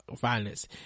violence